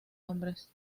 hombres